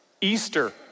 Easter